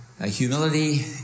humility